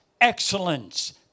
excellence